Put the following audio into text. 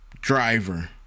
driver